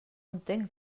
entenc